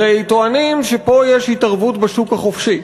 הרי טוענים שיש פה התערבות בשוק החופשי.